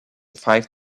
five